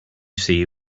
see